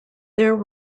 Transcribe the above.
there